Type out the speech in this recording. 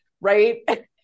Right